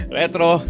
retro